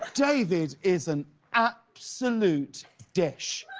ah david is an absolute dish?